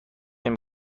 نمی